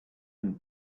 and